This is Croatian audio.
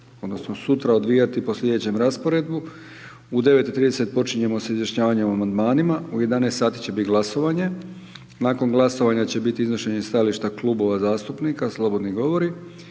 odnosno sutra, odvijati po sljedećem rasporedu: u 9,30 počinjemo sa izjašnjavanjem o amandmanima, u 11,00 sati će biti glasovanje, nakon glasovanja će biti iznošenje stajališta Klubova zastupnika slobodni govori,